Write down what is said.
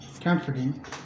comforting